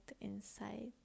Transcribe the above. inside